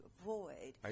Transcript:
avoid